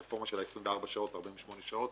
הרפורמה של ה-24 שעות-48 שעות